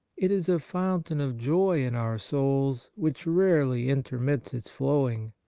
it is a foun tain of joy in our souls which rarely inter mits its flowing,